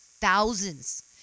thousands